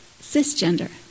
Cisgender